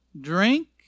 drink